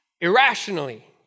irrationally